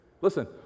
listen